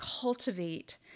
cultivate